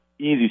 easy